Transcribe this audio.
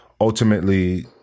Ultimately